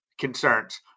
concerns